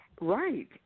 Right